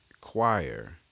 choir